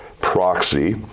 proxy